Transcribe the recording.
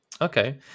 Okay